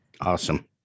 Awesome